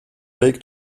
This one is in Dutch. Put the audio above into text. week